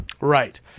Right